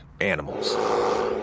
animals